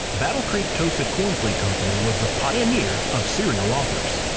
battle creek toasted corn flake company was the pioneer of cereal offers.